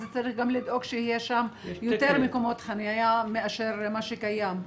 אז הוא צריך גם לדאוג שיהיו שם יותר מקומות חנייה מאשר מה שקיים.